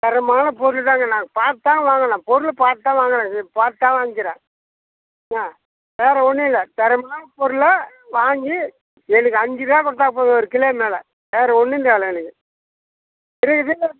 தரமான பொருள் தான்ங்க நாங்கள் பார்த்து தான் வாங்கின பொருள் பார்த்து தான் வாங்கினேன் இது பார்த்து தான் வாங்கிருக்கிறேன் என்னா வேறு ஒன்றும் இல்லை தரமான பொருளை வாங்கி எனக்கு அஞ்சு ரூபா கொடுத்தா போதும் ஒரு கிலோ மேலே வேறு ஒன்றும் தேவயில்ல எனக்கு இருக்குது